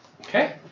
Okay